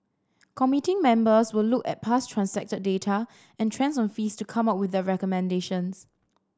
committee members will look at past transacted data and trends on fees to come up with their recommendations